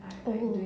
oh oh